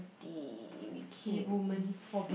did we came in